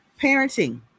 parenting